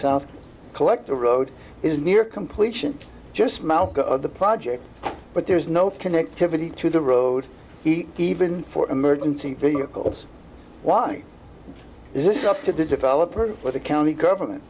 south collect the road is near completion just malka of the project but there's no connectivity to the road even for emergency vehicles why is this up to the developer or the county government